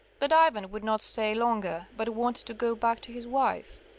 but ivan would not stay longer, but wanted to go back to his wife.